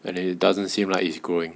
and it doesn't seem like it's growing